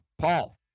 Paul